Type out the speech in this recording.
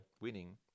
winning